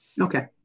Okay